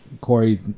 Corey